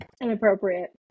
inappropriate